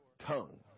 tongue